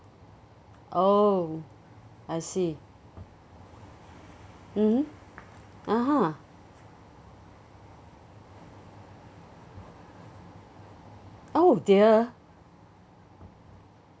oh I see mmhmm (uh huh) oh dear